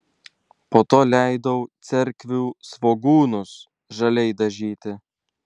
po to leidau cerkvių svogūnus žaliai dažyti